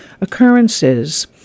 occurrences